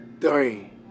three